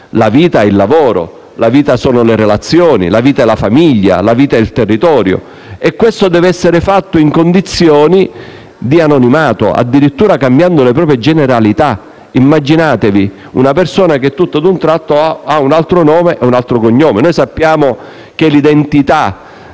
la vita sono il lavoro, le relazioni, la famiglia e il territorio e tutto questo deve essere fatto in condizioni di anonimato, addirittura cambiando le proprie generalità. Immaginate una persona che, tutto ad un tratto, ha un altro nome e un altro cognome e noi sappiamo che l'identità